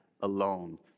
alone